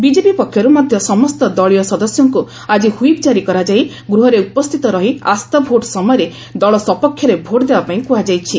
BJP ପକ୍ଷରୁ ମଧ୍ୟ ସମସ୍ତ ଦଳୀୟ ସଦସ୍ୟଙ୍କୁ ଆଜି ହ୍ୱିପ୍ ଜାରି କରାଯାଇ ଗୃହରେ ଉପସ୍ଥିତ ରହି ଆସ୍ଥା ଭୋଟ୍ ସମୟରେ ଦଳ ସପକ୍ଷରେ ଭୋଟ୍ ଦେବାପାଇଁ କୃହାଯାଇଛି